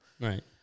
Right